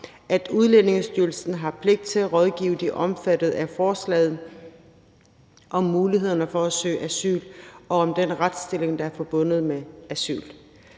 at Udlændingestyrelsen har pligt til at rådgive de omfattede af forslaget om mulighederne for at søge asyl og om den retsstilling, der er forbundet med asyl.